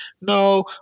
No